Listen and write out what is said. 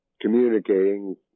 communicating